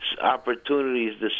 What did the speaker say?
opportunities